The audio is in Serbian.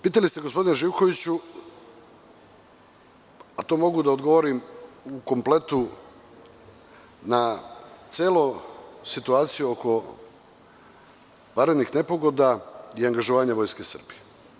Pitali ste, gospodine Živkoviću, a to mogu da odgovorim u kompletu na celu situaciju oko vanrednih nepogoda i angažovanje Vojske Srbije.